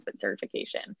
certification